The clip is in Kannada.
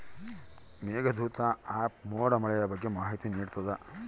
ಮೇಘದೂತ ಆ್ಯಪ್ ಮೋಡ ಮಳೆಯ ಬಗ್ಗೆ ಮಾಹಿತಿ ನಿಡ್ತಾತ